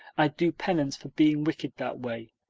i'd do penance for being wicked that way.